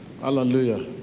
Hallelujah